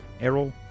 Errol